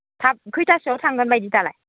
थाब खयथासोआव थांगोन बादि दालाय